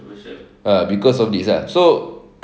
because of this ah so